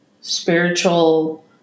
spiritual